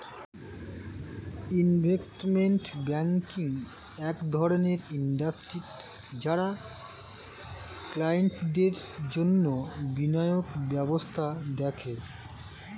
investment banking এক ধরণের industry যারা ক্লায়েন্টদের জন্যে বিনিয়োগ ব্যবস্থা দেখে